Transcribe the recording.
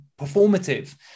performative